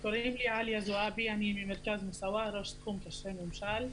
אני ממרכז מוסאוא, תחום קשרי ממשל.